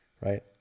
right